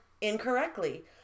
incorrectly